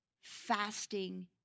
fasting